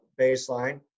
baseline